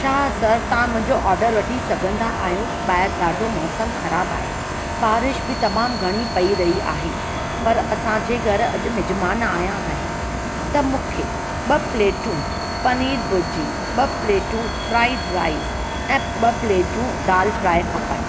छा सर तव्हां मुंहिंजो ऑडर वठी सघंदा आहियो ॿाहिरि ॾाढो मौसमु ख़राबु आहे बारिश बि तमामु घणी पेई रही आहे पर असांजे घरु अॼु मिजमान आहियां आहिनि त मूंखे ॿ प्लेटियूं पनीर भूर्जी ॿ प्लेटियूं फ्राईड राईज़ ऐं ॿ प्लेटियूं दालि फ्राई खपेनि